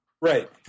Right